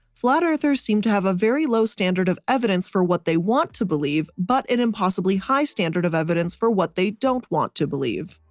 flat-earthers seem to have a very low standard of evidence for what they want to believe but an impossibly high standard of evidence for what they don't want to believe.